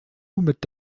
mit